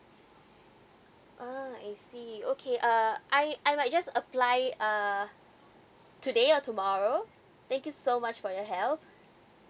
uh I see okay uh I I might just apply uh today or tomorrow thank you so much for your help